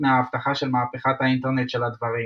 מההבטחה של מהפכת האינטרנט של הדברים",